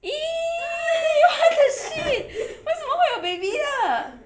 !ee! what the shit 为什么会有 baby 的